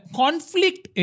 conflict